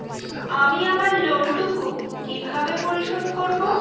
আমি আমার লোন টুকু কিভাবে পরিশোধ করব?